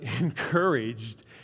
encouraged